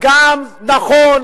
נכון,